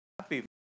happy